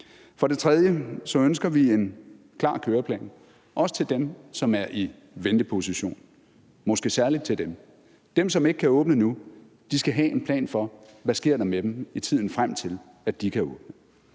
For det tredje ønsker vi en klar køreplan, også til dem, som er i venteposition, og måske særlig til dem. Dem, som ikke kan åbne nu, skal have en plan for, hvad der sker med dem i tiden frem til, at de kan åbne.